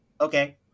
okay